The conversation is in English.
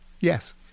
Yes